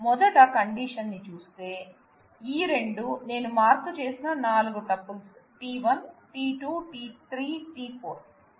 మొదటి కండిషన్ ని చూస్తే ఈ రెండు నేను మార్క్ చేసిన నాలుగు tuples t1 t2 t3 t4